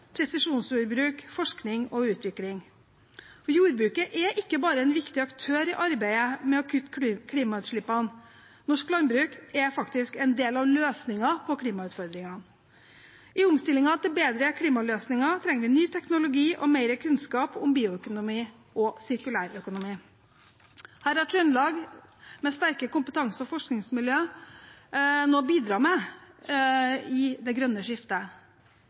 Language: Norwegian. presisjonsjordbruk, forskning og utvikling. Jordbruket er ikke bare en viktig aktør i arbeidet med å kutte klimautslippene. Norsk landbruk er faktisk en del av løsningen på klimautfordringene. I omstillingen til bedre klimaløsninger trenger vi ny teknologi og mer kunnskap om bioøkonomi og sirkulærøkonomi. Her har Trøndelag, med sterke kompetanse- og forskningsmiljøer, noe å bidra med i det grønne skiftet.